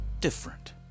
different